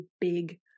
big